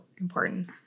important